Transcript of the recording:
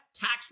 tax